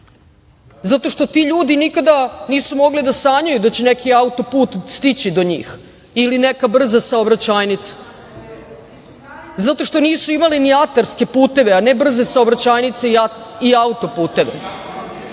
zato što ti ljudi nikada nisu mogli da sanjaju da će neki auto-put stići do njih ili neka brza saobraćajnica, zato što nisu imali ni atarske puteve, a ne brze saobraćajnice i auto-puteve.